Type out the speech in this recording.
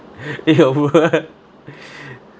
your what